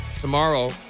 tomorrow